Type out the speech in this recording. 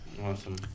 Awesome